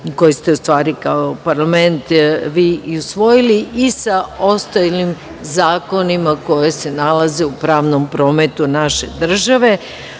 koji ste, u stvari, kao parlament vi i usvojili i sa ostalim zakonima koji se nalaze u pravnom prometu naše